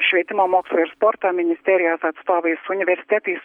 švietimo mokslo ir sporto ministerijos atstovais universitetais